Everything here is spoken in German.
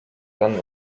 dann